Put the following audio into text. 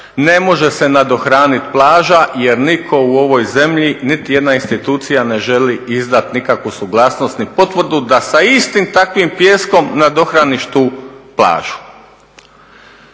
ne može se nadohranit plaža jer nitko u ovoj zemlji, niti jedna institucija ne želi izdat nikakvu suglasnost ni potvrdu da sa istim takvim pijeskom nadohraniš tu plažu.